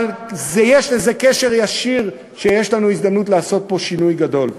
אבל יש לזה קשר ישיר לכך שיש לנו הזדמנות לעשות פה שינוי גדול.